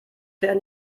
werden